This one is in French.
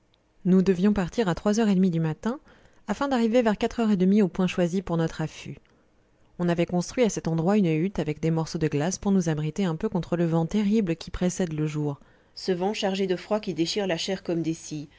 nous devions partir à trois heures et demie du matin afin d'arriver vers quatre heures et demie au point choisi pour notre affût on avait construit à cet endroit une hutte avec des morceaux de glace pour nous abriter un peu contre le vent terrible qui précède le jour ce vent chargé de froid qui déchire la chair comme des scies